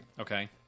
Okay